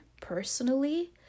personally